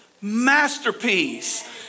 masterpiece